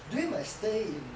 during my stay in